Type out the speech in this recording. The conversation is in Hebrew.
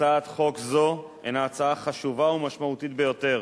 הצעת חוק זו הינה הצעה חשובה ומשמעותית ביותר,